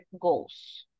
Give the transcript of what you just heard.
goals